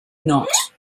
not